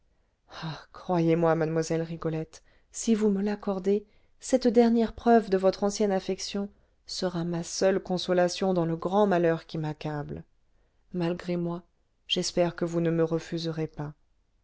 croyez-moi mademoiselle rigolette si vous me l'accordez cette dernière preuve de votre ancienne affection sera ma seule consolation dans le grand malheur qui m'accable malgré moi j'espère que vous ne me refuserez pas